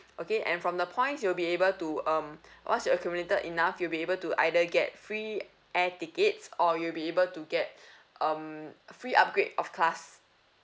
okay and from the points you'll be able to um once you accumulated enough you'll be able to either get free air tickets or you'll be able to get um free upgrade of class